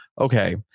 okay